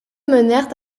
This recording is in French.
menèrent